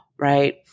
right